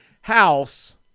house